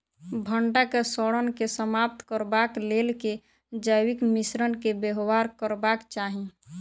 भंटा केँ सड़न केँ समाप्त करबाक लेल केँ जैविक मिश्रण केँ व्यवहार करबाक चाहि?